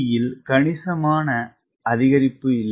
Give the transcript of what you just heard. யில் கணிசமான அதிகரிப்பு இல்லை